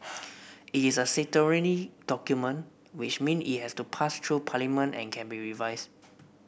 it's a statutory document which mean it has to pass through parliament and can be revised